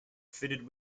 fitted